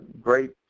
great